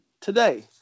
today